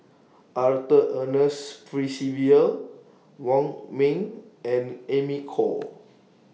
Arthur Ernest Percival Wong Ming and Amy Khor